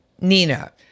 Nina